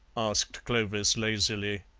asked clovis lazily.